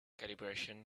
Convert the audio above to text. calibration